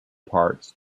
parts